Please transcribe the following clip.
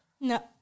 no